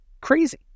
crazy